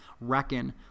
reckon